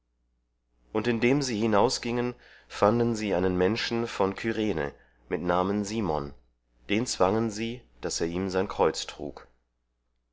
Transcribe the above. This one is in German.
und indem sie hinausgingen fanden sie einen menschen von kyrene mit namen simon den zwangen sie daß er ihm sein kreuz trug